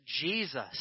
Jesus